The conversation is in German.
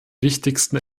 wichtigsten